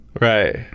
right